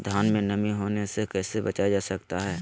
धान में नमी होने से कैसे बचाया जा सकता है?